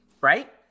right